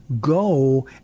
Go